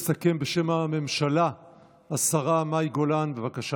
תסכם בשם הממשלה השרה מאי גולן, בבקשה.